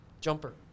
Jumper